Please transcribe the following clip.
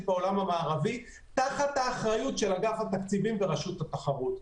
בעולם המערבי תחת האחריות של אגף התקציבים ורשות התחרות.